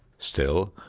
still,